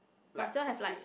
myself have like